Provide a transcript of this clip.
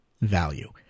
value